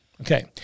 Okay